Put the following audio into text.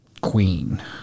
Queen